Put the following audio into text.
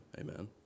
Amen